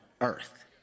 earth